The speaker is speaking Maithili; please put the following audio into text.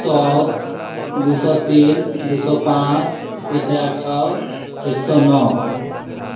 सए दू सए तीन दू सए पाँच हजार छओ एक सए नओ